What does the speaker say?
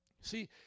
See